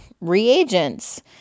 reagents